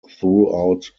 throughout